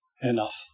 enough